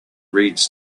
reeds